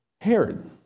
Herod